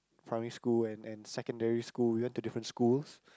primary school and and secondary school we went to different schools